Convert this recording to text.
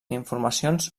informacions